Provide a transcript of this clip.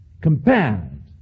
compared